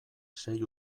sei